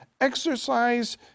exercise